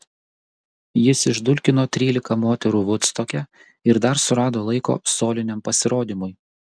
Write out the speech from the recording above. jis išdulkino trylika moterų vudstoke ir dar surado laiko soliniam pasirodymui